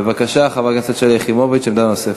בבקשה, חברת הכנסת שלי יחימוביץ, עמדה נוספת.